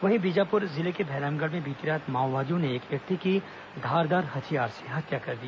वहीं बीजापुर जिले के भैरमगढ़ में बीती रात माओवादियों ने एक व्यक्ति की धारदार हथियार से हत्या कर दी